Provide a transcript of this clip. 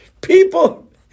people